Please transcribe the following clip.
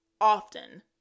often